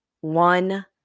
one